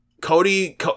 Cody